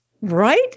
right